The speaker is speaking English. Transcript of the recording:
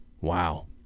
Wow